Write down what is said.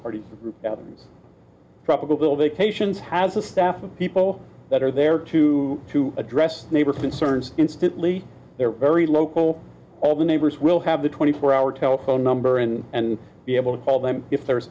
party tropical vacations has a staff of people that are there to to address neighbors concerns instantly they're very local all the neighbors will have the twenty four hour telephone number in and be able to call them if there's